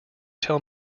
tell